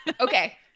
okay